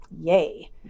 Yay